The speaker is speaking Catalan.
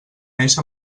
néixer